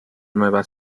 nueva